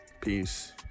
peace